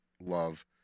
love